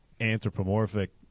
anthropomorphic